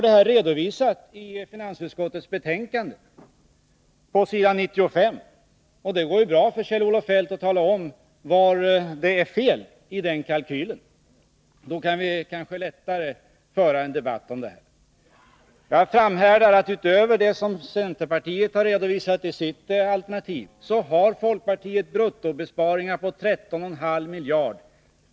Detta redovisas i finansutskottets betänkande på s. 95. Det går bra för Kjell-Olof Feldt att tala om var det är fel i den kalkylen. Då kan vi kanske lättare föra en debatt om detta. Jag framhärdar i att utöver det som centerpartiet har redovisat i sitt alternativ har folkpartiet bruttobesparingar på 13,5 miljarder.